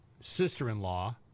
sister-in-law